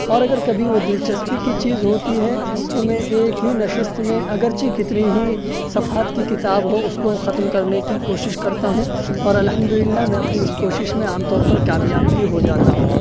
اور اگر کبھی وہ دلچسپی کی چیز ہوتی ہے تو میں ایک ہی نشست میں اگرچہ کتنی ہی صفحات کی کتاب ہو اس کو ختم کرنے کی کوشش کرتا ہوں اور الحمدللہ میں اپنی اس کوشش میں عام طور پر کامیاب بھی ہو جاتا ہوں